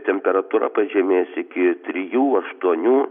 temperatūra pažemės iki trijų aštuonių